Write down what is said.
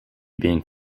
being